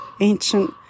ancient